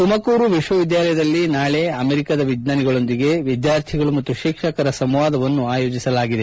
ತುಮಕೂರು ವಿಶ್ವವಿದ್ಯಾನಿಲಯದಲ್ಲಿ ನಾಳೆ ಅಮೆರಿಕಾದ ವಿಜ್ವಾನಿಗಳೊಂದಿಗೆ ವಿದ್ಯಾರ್ಥಿಗಳು ಶಿಕ್ಷಕರ ಸಂವಾದವನ್ನು ಆಯೋಜಿಸಲಾಗಿದೆ